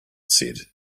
said